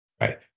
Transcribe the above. Right